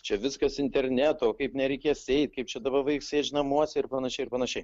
čia viskas internetu o kaip nereikės eit kaip čia dabar vaiks sėdž namuose ir panašiai ir panašiai